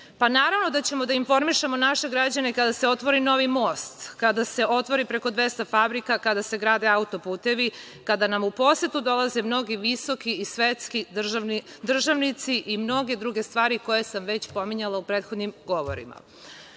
Pa naravno da ćemo da informišemo naše građane kada se otvori novi most, kada se otvori preko 200 fabrika, kada se grade autoputevi, kada nam u posetu dolaze mnogi, visoki, svetski državnici i mnoge druge stvari koje sam već pominjala u prethodnim govorima. Podsetila